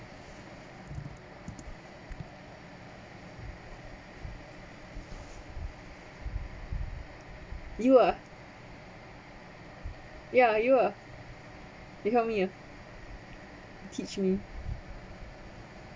you ah ya you ah you help me ah teach me